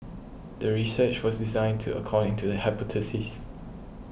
the research was designed to according to the hypothesis